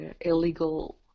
illegal